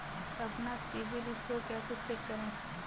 अपना CIBIL score कैसे check करें?